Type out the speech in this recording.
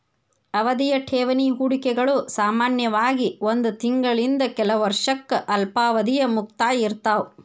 ಅವಧಿಯ ಠೇವಣಿ ಹೂಡಿಕೆಗಳು ಸಾಮಾನ್ಯವಾಗಿ ಒಂದ್ ತಿಂಗಳಿಂದ ಕೆಲ ವರ್ಷಕ್ಕ ಅಲ್ಪಾವಧಿಯ ಮುಕ್ತಾಯ ಇರ್ತಾವ